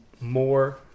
more